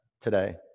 today